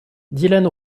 dylan